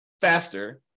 faster